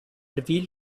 reveal